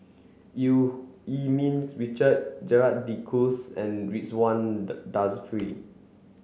Eu Yee Ming Richard Gerald De Cruz and Ridzwan Dzafir